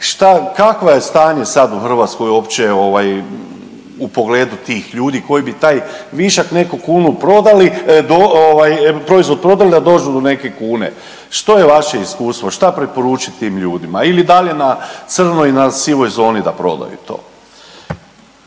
kakvo je stanje sad u Hrvatskoj uopće ovaj, u pogledu tih ljudi koji bi taj višak, neku kunu, prodali, ovaj, proizvod prodali da dođu do neke kune? Što je vaše iskustvo, što preporučiti tim ljudima ili dalje na crno i na sivoj zoni da prodaju to?